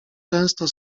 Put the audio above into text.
często